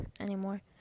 anymore